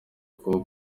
kuba